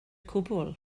cwbl